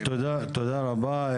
תודה רבה.